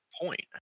point